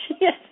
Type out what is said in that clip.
Yes